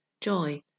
joy